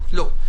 לא.